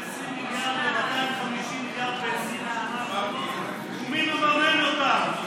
ב-250 מיליארד ב-20 השנים האחרונות ומי מממן אותן?